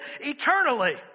eternally